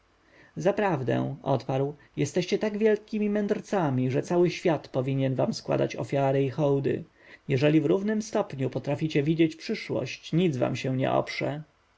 zaprawdę odparł jesteście tak wielkimi mędrcami że cały świat powinien wam składać ofiary i hołdy jeżeli w równym stopniu potraficie widzieć przyszłość nic wam się nie oprze